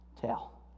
Tell